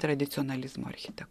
tradicionalizmo archetik